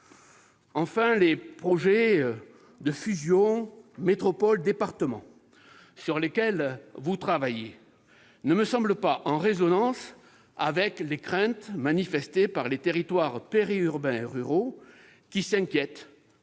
Enfin, les projets de fusion de métropoles/départements sur lesquels vous travaillez ne me semblent pas en résonance avec les craintes manifestées par les territoires périurbains et ruraux, inquiets